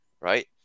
right